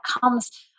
comes